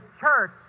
church